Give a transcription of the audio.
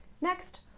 Next